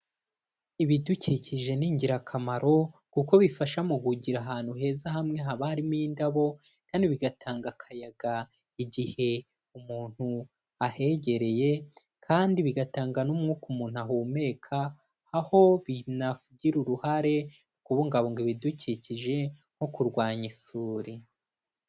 Ibidukikije ni ingirakamaro kuko bifasha mu kugira ahantu heza hamwe haba harimo indabo, kandi bigatanga akayaga igihe umuntu ahegereye kandi bigatangagwa n'umwuka umuntu ahumeka aho binagira uruhare mu kubungabunga ibidukikije, nko kurwanya isuri.